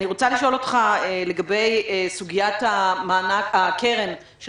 אני רוצה לשאול אותך לגבי סוגיית הקרן של